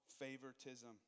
favoritism